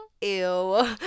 Ew